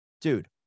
dude